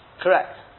Correct